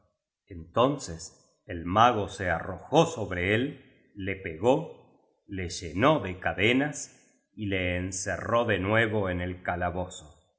entonces el mago se arrojó sobre él le pegó le llenó de cadenas y le encerró de nuevo en el calabozo